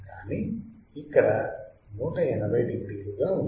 కానీ ఇక్కడ 180 డిగ్రీలుగా ఉన్నది